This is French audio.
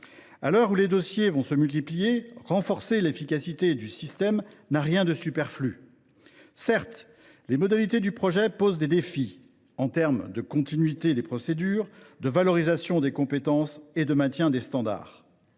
À l’heure où les dossiers vont se multiplier, renforcer l’efficacité du système n’a rien de superflu. Certes, les modalités du projet posent des défis en matière de continuité des procédures, de valorisation des compétences et de maintien des standards.